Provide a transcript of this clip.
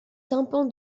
tympan